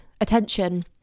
attention